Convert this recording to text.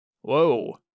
Whoa